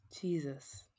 Jesus